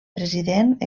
president